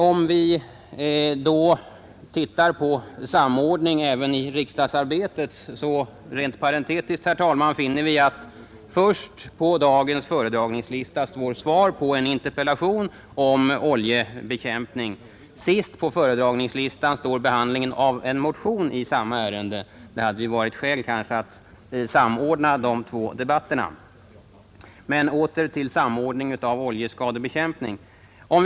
Om vi — rent parentetiskt, herr talman — tittar på frågan om samordning även i riksdagsarbetet, finner vi att först på dagens föredragningslista står svar på en interpellation om oljebekämpning och sist på föredragningslistan står behandlingen av en motion i samma ärende. Det hade kanske varit skäl att samordna de två debatterna. Men åter till samordningen av oljeskadebekämpningen!